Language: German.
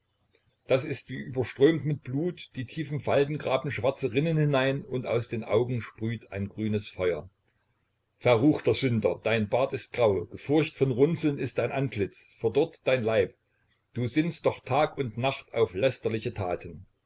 das ist wie überströmt mit blut die tiefen falten graben schwarze rinnen hinein und aus den augen sprüht ein grünes feuer verruchter sünder dein bart ist grau gefurcht von runzeln ist dein antlitz verdorrt dein leib und sinnst doch tag und nacht auf lästerliche taten